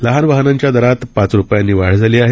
लहान वाहनांच्या दरात पात रुपयांनी वाढ झाली आहे